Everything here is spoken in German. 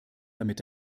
damit